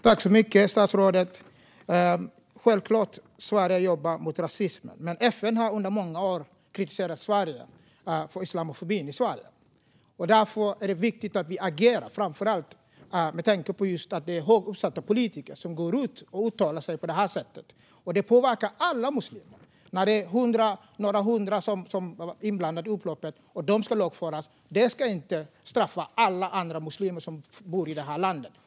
Fru talman och statsrådet! Självklart jobbar Sverige mot rasism. Men FN har under många år kritiserat Sverige för islamofobin i landet. Därför är det viktigt att vi agerar, framför allt med tanke på att det är högt uppsatta politiker som går ut och uttalar sig på det här sättet. Det påverkar alla muslimer. Det är några hundra som är inblandade i upploppen, och de ska lagföras. Men alla andra muslimer som bor i det här landet ska inte straffas för det.